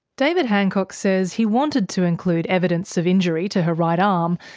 david hancock says he wanted to include evidence of injury to her right um